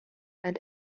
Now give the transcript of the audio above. and